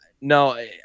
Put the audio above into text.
no